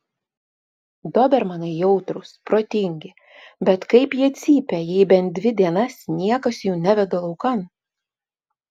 dobermanai jautrūs protingi bet kaip jie cypia jei bent dvi dienas niekas jų neveda laukan